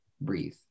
breathe